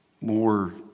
more